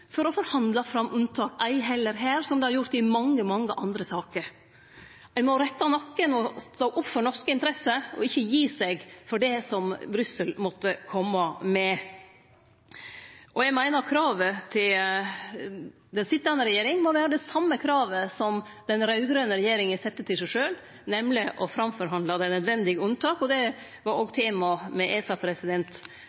for å forhandle fram unntak – ei heller her, som i mange, mange andre saker. Ein må rette nakken og stå opp for norske interesser, og ikkje gi etter for det som Brussel måtte kome med. Eg meiner kravet til den sitjande regjeringa må vere det same som den raud-grøne regjeringa sette til seg sjølv, nemleg å forhandle fram dei nødvendige unntaka. Det var